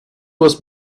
was